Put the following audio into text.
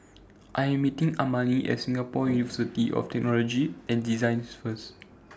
I Am meeting Amani At Singapore University of Technology and Design First